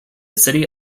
city